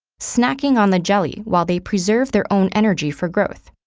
snacking on the jelly while they preserve their own energy for growth.